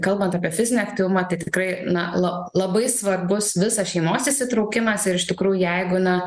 kalbant apie fizinį aktyvumą tai tikrai na la labai svarbus visas šeimos įsitraukimas ir iš tikrųjų jeigu na